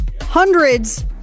Hundreds